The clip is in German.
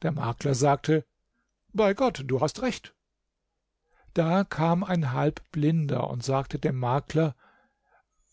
der makler sagte bei gott du hast recht da kam ein halbblinder und sagte dem makler